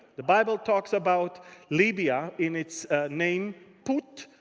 the bible talks about libya in its name put.